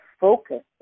focus